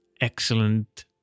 excellent